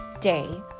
day